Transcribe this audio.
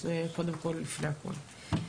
זה לפני הכל.